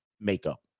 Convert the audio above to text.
makeup